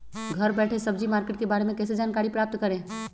घर बैठे सब्जी मार्केट के बारे में कैसे जानकारी प्राप्त करें?